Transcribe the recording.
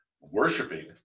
Worshipping